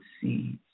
seeds